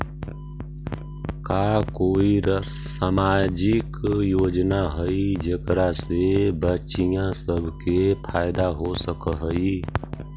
का कोई सामाजिक योजना हई जेकरा से बच्चियाँ सब के फायदा हो सक हई?